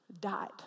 died